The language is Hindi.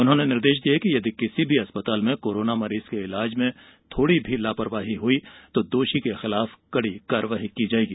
उन्होंने निर्देश दिए कि यदि किसी भी अस्पताल में कोरोना मरीज के इलाज में थोड़ी भी लापरवाही हुई तो दोषी के खिलाफ कड़ी कार्रवाई की जायेगी